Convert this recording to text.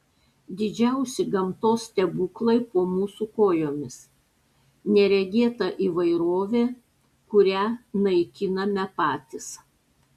didžiausi gamtos stebuklai po mūsų kojomis neregėta įvairovė kurią naikiname patys